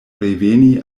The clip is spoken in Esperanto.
reveni